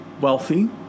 wealthy